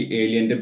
alien